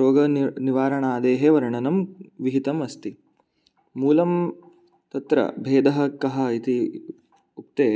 रोगनि निवारणादेः वर्णनं विहितम् अस्ति मूलं तत्र भेदः कः इत्युक्ते